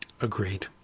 agreed